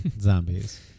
Zombies